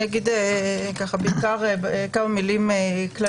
אני אגיד כמה מילים כלליות.